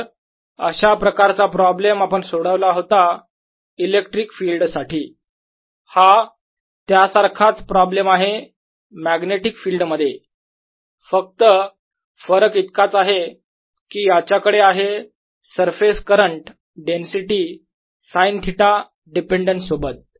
तर अशा प्रकारचा प्रॉब्लेम आपण सोडवला होता इलेक्ट्रिक फील्ड साठी हा त्या सारखाच प्रॉब्लेम आहे मॅग्नेटिक फिल्ड मध्ये फक्त फरक इतकाच आहे की याच्याकडे आहे surface current density sine theta dependence सोबत